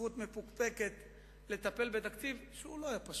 זכות מפוקפקת לטפל בתקציב שהוא לא היה פשוט,